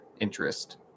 interest